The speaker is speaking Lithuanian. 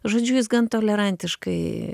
žodžiu jis gan tolerantiškai